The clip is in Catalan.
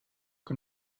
que